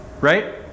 right